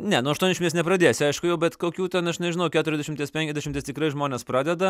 ne nuo aštuoniasdešimties nepradėsi aišku jau bet kokių ten aš nežinau keturiasdešimties penkiasdešimties tikrai žmonės pradeda